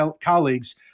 colleagues